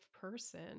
person